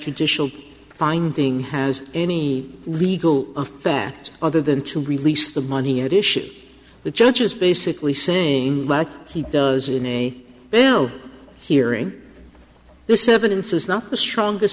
traditional finding has any legal of that other than to release the money in addition the judge is basically saying like he does in a hearing this evidence is not the strongest